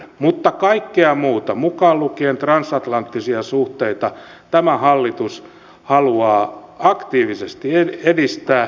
mutta kaikkea muuta mukaan lukien transatlanttisia suhteita tämä hallitus haluaa aktiivisesti edistää